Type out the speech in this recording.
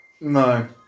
No